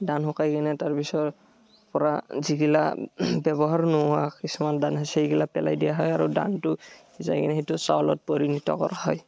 ধান শুকাই কিনে তাৰপিছত পৰা যিগিলা ব্যৱহাৰ নোহোৱা কিছুমান ধান হৈছে সেইগিলাক পেলাই দিয়া হয় আৰু ধানটো যায় কেনে সেইটো চাউলত পৰিণীত কৰা হয়